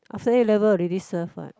after A-level already serve what